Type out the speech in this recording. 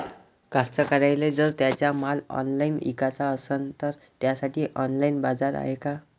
कास्तकाराइले जर त्यांचा माल ऑनलाइन इकाचा असन तर त्यासाठी ऑनलाइन बाजार हाय का?